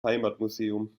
heimatmuseum